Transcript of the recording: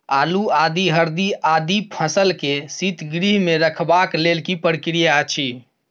आलू, आदि, हरदी आदि फसल के शीतगृह मे रखबाक लेल की प्रक्रिया अछि?